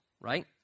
right